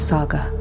Saga